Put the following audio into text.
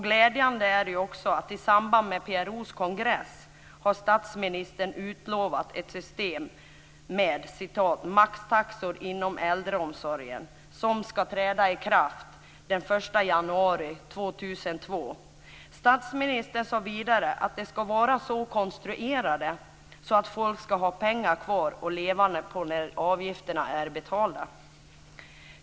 Glädjande är också att statsministern i samband med PRO:s kongress har utlovat ett system med maxtaxor inom äldreomsorgen som ska träda i kraft den 1 januari 2002. Statsministern sade vidare att de ska vara så konstruerade att folk ska ha pengar kvar att leva på när avgifterna är betalda.